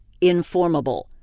Informable